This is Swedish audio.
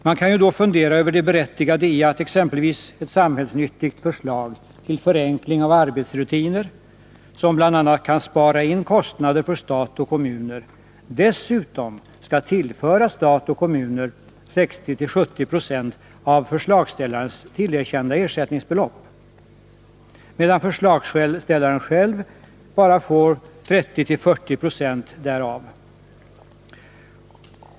Man kan ju fundera över det berättigade i att exempelvis ett samhällsnyttigt förslag till förenkling av arbetsrutiner — som bl.a. kan spara in kostnader för stat och kommuner — dessutom skall tillföra stat och kommuner 60-70 960 av förslagsställarens tillerkända ersättningsbelopp, medan förslagsställaren själv bara får 30-40 20 därav.